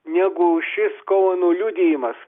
negu šis koeno liudijimas